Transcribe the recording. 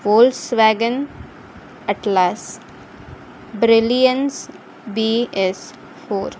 Volkswagen atlas brilliance B S four